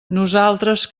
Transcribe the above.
nosaltres